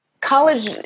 college